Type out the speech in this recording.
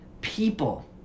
People